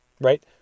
right